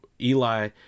Eli